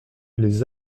lès